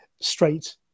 straight